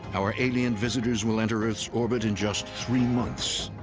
our alien visitors will enter earth's orbit in just three months.